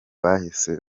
bahise